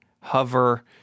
Hover